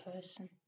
person